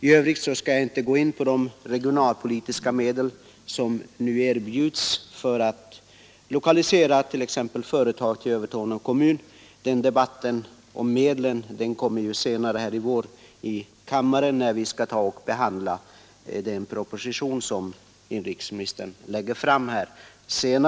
I övrigt skall jag inte gå in på de regionalpolitiska medel som nu erbjuds för att lokalisera t.ex. företag till Övertorneå kommun. Debatten om medlen får vi senare i vår, när vi skall behandla den proposition som inrikesministern kom mer att lägga fram.